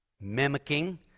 mimicking